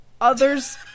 Others